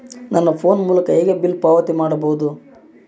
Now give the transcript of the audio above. ನನ್ನ ಫೋನ್ ಮೂಲಕ ಹೇಗೆ ಬಿಲ್ ಪಾವತಿ ಮಾಡಬಹುದು?